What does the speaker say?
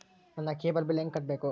ನನ್ನ cable bill ಹೆಂಗ ಕಟ್ಟಬೇಕು?